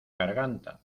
garganta